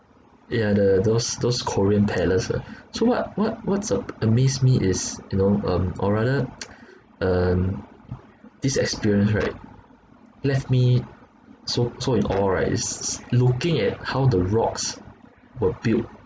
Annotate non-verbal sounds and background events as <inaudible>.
yeah the those those korean palace lah so what what what's a~ amaze me is you know um or rather <noise> um this experience right left me so so in awe right is s~ looking at how the rocks were built